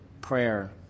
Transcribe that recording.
prayer